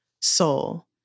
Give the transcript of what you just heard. soul